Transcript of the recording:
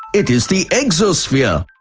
it is the exosphere.